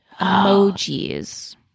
emojis